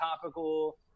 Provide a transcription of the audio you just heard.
topical